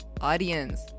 audience